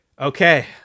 Okay